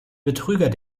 betrüger